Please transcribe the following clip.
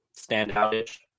standout-ish